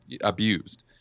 abused